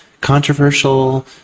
controversial